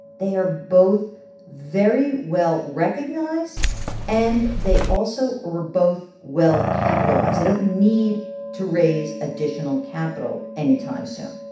they are both very well-recognized. and they also are both well-capitalized. they don't need to raise additional capital anytime soon.